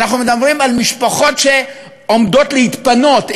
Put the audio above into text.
אנחנו מדברים על משפחות שעומדות להתפנות,